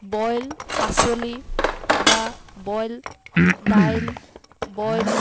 boil পাচলি বা বইল দাইল বইল